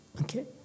okay